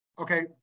Okay